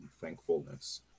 thankfulness